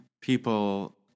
people